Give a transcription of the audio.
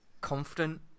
confident